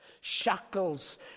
Shackles